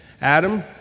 Adam